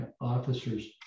officer's